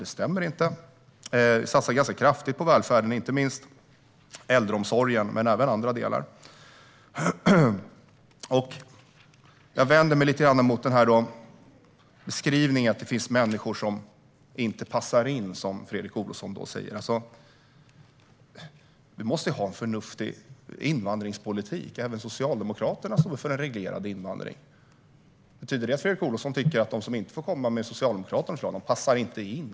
Det stämmer inte. Vi satsar ganska kraftigt på välfärden, inte minst på äldreomsorgen. Jag vänder mig lite grann emot Fredrik Olovssons beskrivning att det finns människor som inte passar in. Vi måste ha en förnuftig invandringspolitik. Även Socialdemokraterna står väl för reglerad invandring. Betyder det att Fredrik Olovsson tycker att de som inte får komma med i Socialdemokraternas förslag, de passar inte in?